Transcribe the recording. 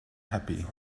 happy